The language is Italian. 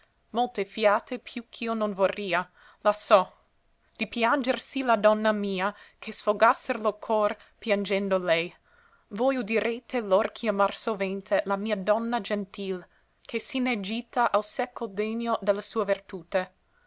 molte fiate più ch'io non vorria lasso di pianger sì la donna mia che sfogasser lo cor piangendo lei voi udirete lor chiamar sovente la mia donna gentil che si n'è gita al secol degno de la sua vertute